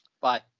Bye